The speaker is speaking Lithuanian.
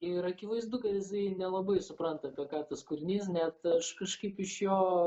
ir akivaizdu kad jisai nelabai supranta apie ką tas kūrinys net aš kažkaip iš jo